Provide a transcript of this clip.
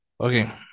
Okay